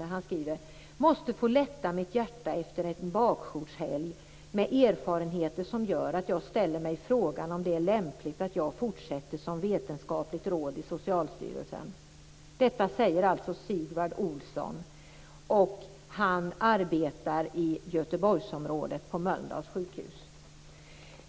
I brevet skriver han vidare: "Måste få lätta mitt hjärta efter en bakjourshelg med erfarenheter som gör att jag ställer mig frågan om det är lämpligt att jag fortsätter som vetenskapligt råd i socialstyrelsen." Sigvard Olsson arbetar i Göteborgsområdet, på Mölndals sjukhus.